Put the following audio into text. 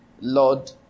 Lord